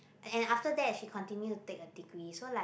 and after that she continue to take a degree so like